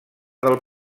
del